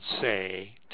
say